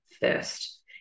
first